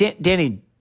Danny